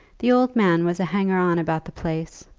the old man was a hanger-on about the place,